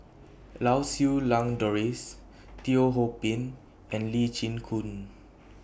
Lau Siew Lang Doris Teo Ho Pin and Lee Chin Koon